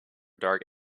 dark